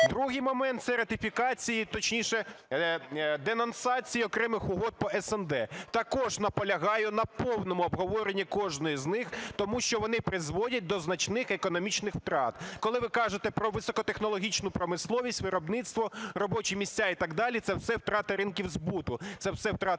Другий момент, це ратифікації, точніше, денонсації окремих угод по СНД. Також наполягаю на повному обговорені кожної з них, тому що вони призводять до значних економічних втрат. Коли ви кажете про високотехнологічну промисловість, виробництво, робочі місця і так далі, це все втрата ринків збуту, це все втрата